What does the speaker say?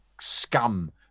scum